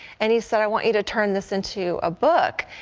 and he said, i want you to turn this into a book.